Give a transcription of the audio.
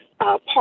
park